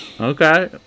Okay